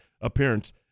appearance